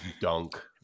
dunk